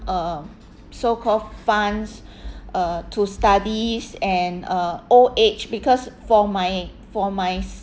uh so-called funds uh to studies and uh old age because for my for my